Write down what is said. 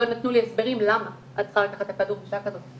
לא נתנו לי הסברים למה אני צריכה לקחת את הכדור בשעה כזאת,